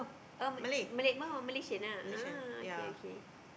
oh ma~ Malay oh Malaysian ah ah okay okay